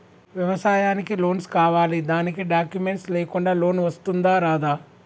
వ్యవసాయానికి లోన్స్ కావాలి దానికి డాక్యుమెంట్స్ లేకుండా లోన్ వస్తుందా రాదా?